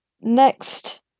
next